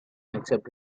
except